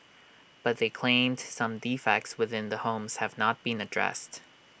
but they claimed some defects within the homes have not been addressed